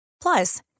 Plus